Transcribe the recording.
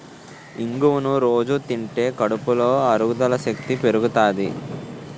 ఇంగువను రొజూ తింటే కడుపులో అరుగుదల శక్తి పెరుగుతాది